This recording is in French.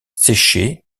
séchées